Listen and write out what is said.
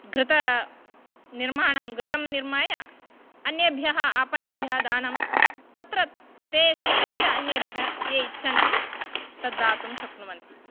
घृतनिर्माणं घृतं निर्माय अन्येभ्यः आपणेभ्यः दानं तत्र ते स्वीकृत्य अन्येभ्यः ये इच्छन्ति तद् दातुं शक्नुवन्ति